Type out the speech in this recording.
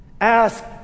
Ask